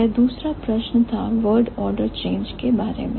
वह दूसरा प्रश्न था word order चेंज के बारे में